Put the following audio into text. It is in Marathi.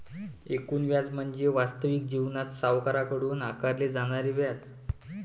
एकूण व्याज म्हणजे वास्तविक जीवनात सावकाराकडून आकारले जाणारे व्याज